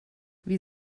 wie